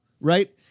right